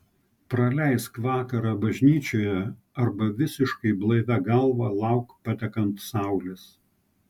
praleisk vakarą bažnyčioje arba visiškai blaivia galva lauk patekant saulės